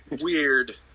weird